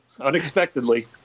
unexpectedly